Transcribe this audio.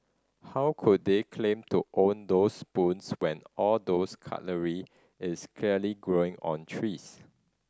how could they claim to own those spoons when all those cutlery is clearly growing on trees